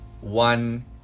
one